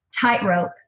tightrope